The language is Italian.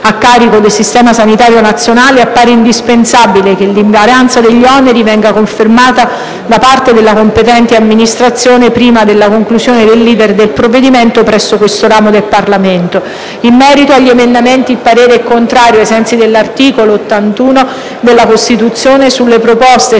a carico del Sistema sanitario nazionale, appare indispensabile che l'invarianza degli oneri venga confermata da parte della competente Amministrazione prima della conclusione dell'*iter* del provvedimento presso questo ramo del Parlamento. In merito agli emendamenti, il parere è contrario, ai sensi dell'articolo 81 della Costituzione, sulle proposte 6.101 e